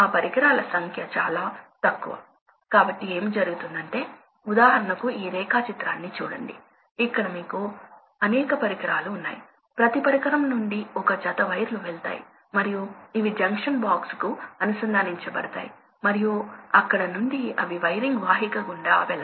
pump అంతటా అవి కలుస్తాయి మరియు ఇది ఆపరేటింగ్ పాయింట్ కాబట్టి వెంటనే మీరు కనెక్ట్ చేస్తే ఇది ప్రవాహం మరియు ఇది ప్రెషర్ ఇది స్థాపించబడుతోంది మీరు ఈ పంపును ఈ లోడ్తో కనెక్ట్ చేస్తే ఈ ప్రవాహం స్థాపించబడుతోంది మరియు ఈ ప్రెషర్ స్థాపించబడుతోంది